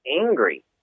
angry